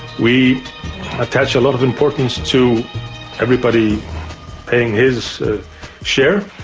we attach a lot of importance to everybody paying his share.